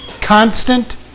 Constant